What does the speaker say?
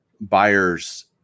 buyer's